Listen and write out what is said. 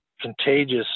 contagious